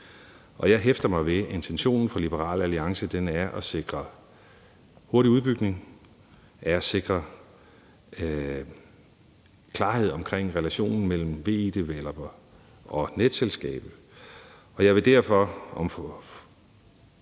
jeg hæfter mig ved, at intentionen hos Liberal Alliance er at sikre hurtig udbygning og sikre klarhed omkring relationen mellem VE-developer og netselskab. Jeg vil derfor – med